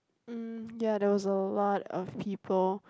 mm ya there was a lot of people